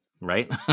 Right